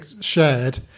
shared